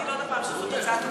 תגיד עוד פעם שזו הצעה טובה,